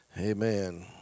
Amen